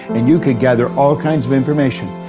and you could gather all kinds of information.